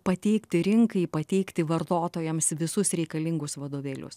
pateikti rinkai pateikti vartotojams visus reikalingus vadovėlius